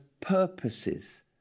purposes